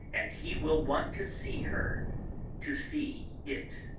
and he will want to see her to see it.